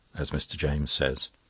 as mrs. james says.